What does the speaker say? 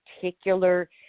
particular